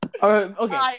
Okay